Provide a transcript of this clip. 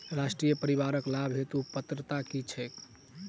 राष्ट्रीय परिवारिक लाभ हेतु पात्रता की छैक